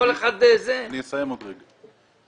אני מסיים עוד רגע.